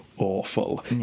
Awful